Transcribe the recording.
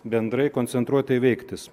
bendrai koncentruotai veiktis